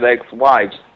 ex-wives